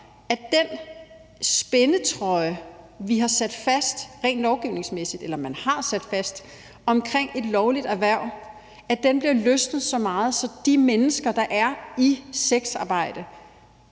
at den spændetrøje, man rent lovgivningsmæssigt har sat fast om et lovligt erhverv, bliver løsnet så meget, at de mennesker, der frivilligt er i sexarbejde,